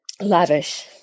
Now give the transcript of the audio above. lavish